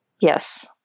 Yes